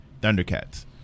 Thundercats